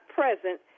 present